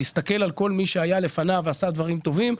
להסתכל על מי שהיה לפניו ועשה דברים טובים.